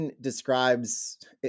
describes